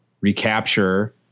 recapture